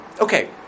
okay